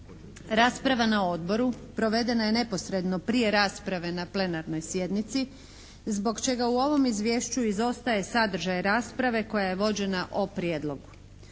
Rasprava na Odboru provedena je neposredno prije rasprave na plenarnoj sjednici zbog čega u ovom izvješću izostaje sadržaj rasprave koja je vođena o prijedlogu.